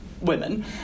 women